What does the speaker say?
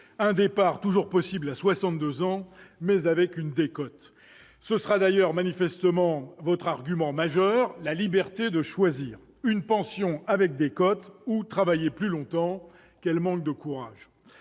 un départ toujours possible à 62 ans, mais avec une décote. Ce sera d'ailleurs, manifestement, votre argument majeur : la liberté de choisir entre obtenir une pension avec décote ou travailler plus longtemps. Quel manque de courage